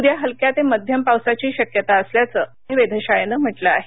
उद्या हलक्या ते मध्यम पावसाची शक्यता असल्याचं पुणे वेधशाळेनं म्हटलं आहे